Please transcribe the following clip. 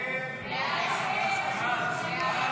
הסתייגות 40 לא נתקבלה.